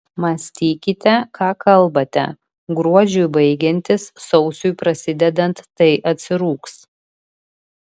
mąstykite ką kalbate gruodžiui baigiantis sausiui prasidedant tai atsirūgs